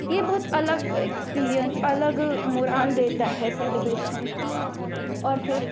यह बहुत अलग एक्सपीरिएन्स अलग मोरल देता है सेलिब्रेशन का और फिर